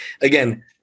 again